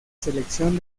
selección